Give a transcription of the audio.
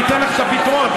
אני אתן לך את הפתרון,